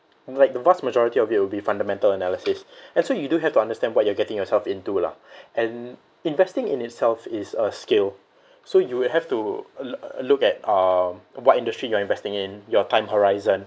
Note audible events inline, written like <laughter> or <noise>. like the vast majority of it will be fundamental analysis <breath> and so you do have to understand what you are getting yourself into lah and investing in itself is a skill so you will have to look at uh what industry you are investing in your time horizon